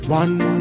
one